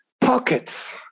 pockets